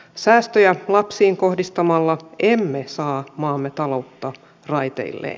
säästöjä lapsiin kohdistamalla emme saa maamme taloutta raiteilleen